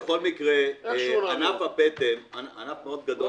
בכל מקרה ענף הפטם הוא ענף מאוד גדול,